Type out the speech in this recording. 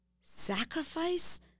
sacrifice